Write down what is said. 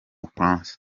bufaransa